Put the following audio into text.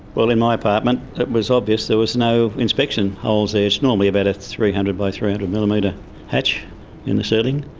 well, in my apartment it was obvious there was no inspection holes there. it's normally about a three hundred by three hundred millimetre hatch in the ceiling.